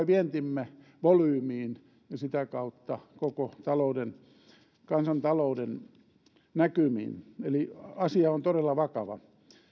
vientimme volyymiin ja sitä kautta koko kansantalouden näkymiin eli asia on todella vakava